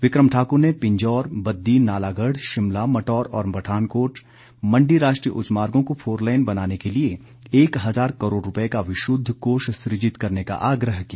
विकम ठाकुर ने पिंजौर बद्दी नालागढ शिमला मटौर और पठानकोट मण्डी राष्ट्रीय उच्च मार्गों को फोरलेन बनाने के लिए एक हजार करोड़ रूपए का विशुद्ध कोष सृजित करने का आग्रह किया